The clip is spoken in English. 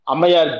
Amaya